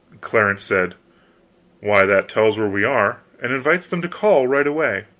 clarence said why, that tells where we are, and invites them to call right away.